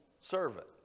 servant